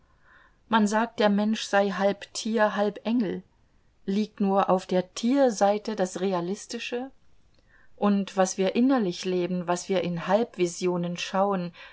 man sagt der mensch sei halb tier halb engel liegt nur auf der tierseite das realistische und was wir innerlich leben was wir in halbvisionen schauen